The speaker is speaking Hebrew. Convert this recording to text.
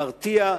מרתיע,